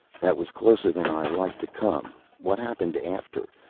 that was closer than i like to come. what happened after?